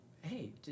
hey